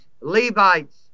Levites